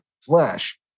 flash